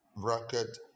bracket